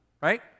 Right